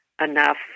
enough